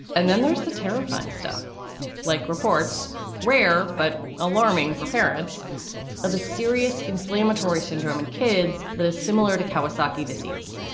and then there's the terrifying stuff like reports. rare but alarming for parents of a serious inflammatory syndrome in kids that is similar to kawasaki disease.